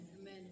Amen